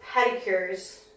pedicures